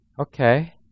okay